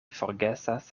forgesas